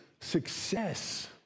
success